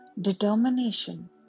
Determination